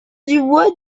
dubois